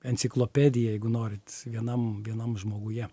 enciklopedija jeigu norit vienam vienam žmoguje